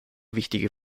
wichtige